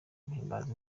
guhimbaza